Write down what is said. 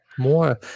More